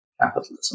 capitalism